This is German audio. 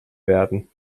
werden